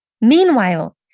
Meanwhile